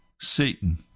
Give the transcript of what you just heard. Satan